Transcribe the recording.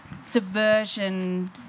subversion